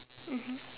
mmhmm